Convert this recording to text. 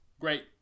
great